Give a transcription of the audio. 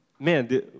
man